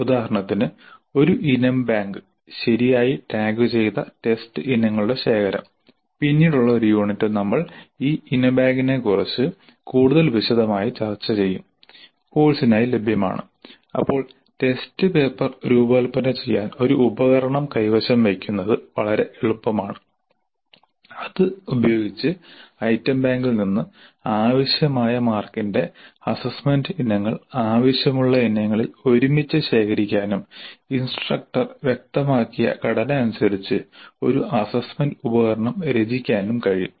ഉദാഹരണത്തിന് ഒരു ഇനം ബാങ്ക് ശരിയായി ടാഗുചെയ്ത ടെസ്റ്റ് ഇനങ്ങളുടെ ശേഖരം പിന്നീടുള്ള ഒരു യൂണിറ്റിൽ നമ്മൾ ഈ ഇന ബാങ്കിനെക്കുറിച്ച് കൂടുതൽ വിശദമായി ചർച്ച ചെയ്യും കോഴ്സിനായി ലഭ്യമാണ് അപ്പോൾ ടെസ്റ്റ് പേപ്പർ രൂപകൽപ്പന ചെയ്യാൻ ഒരു ഉപകരണം കൈവശം വയ്ക്കുന്നത് വളരെ എളുപ്പമാണ് അത് ഉപയോഗിച്ച് ഐറ്റം ബാങ്കിൽ നിന്ന് ആവശ്യമായ മാർക്കിന്റെ അസ്സസ്സ്മെന്റ് ഇനങ്ങൾ ആവശ്യമുള്ള ഇനങ്ങളിൽ ഒരുമിച്ച് ശേഖരിക്കാനും ഇൻസ്ട്രക്ടർ വ്യക്തമാക്കിയ ഘടന അനുസരിച്ച് ഒരു അസ്സസ്സ്മെന്റ് ഉപകരണം രചിക്കാനും കഴിയും